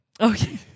Okay